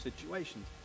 situations